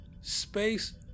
space